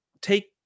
Take